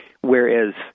Whereas